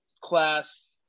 class